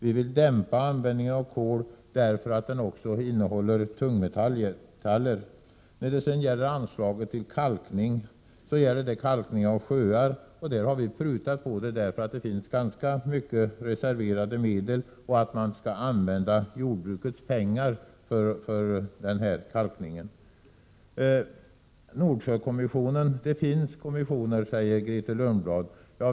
Vi vill dämpa användningen av kol, därför att kolet också innehåller tungmetaller. Anslaget till kalkning av sjöar har vi prutat på därför att det finns ganska mycket reserverade medel och jordbrukets pengar skall användas för den här kalkningen. Så några ord om Nordsjökommissionen. Det finns kommissioner säger Grethe Lundblad.